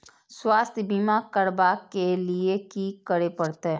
स्वास्थ्य बीमा करबाब के लीये की करै परतै?